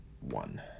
one